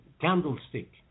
candlestick